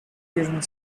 during